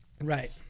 Right